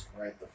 right